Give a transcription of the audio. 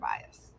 bias